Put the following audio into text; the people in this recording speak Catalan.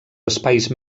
espais